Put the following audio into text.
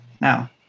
Now